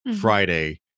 friday